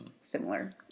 Similar